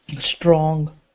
strong